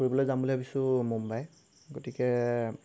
ফুৰিবলৈ যাম বুলি ভাবিছোঁ মুম্বাই গতিকে